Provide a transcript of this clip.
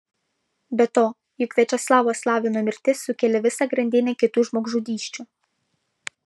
be to juk viačeslavo slavino mirtis sukėlė visą grandinę kitų žmogžudysčių